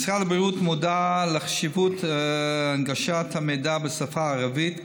משרד הבריאות מודע לחשיבות הנגשת המידע בשפה הערבית,